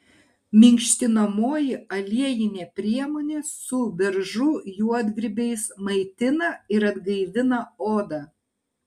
minkštinamoji aliejinė priemonė su beržų juodgrybiais maitina ir atgaivina odą